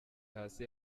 hasi